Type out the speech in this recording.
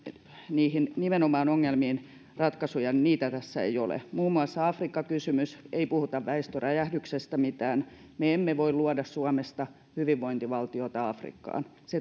niihin ongelmiin ratkaisuja niin niitä tässä ei ole muun muassa afrikka kysymys ei puhuta väestöräjähdyksestä mitään me emme voi luoda suomesta hyvinvointivaltiota afrikkaan se täytyy